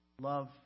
Love